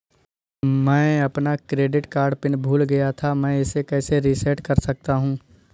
मैं अपना credit card PIN भूल गया था मैं इसे कैसे रीसेट कर सकता हूँ?